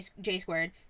J-squared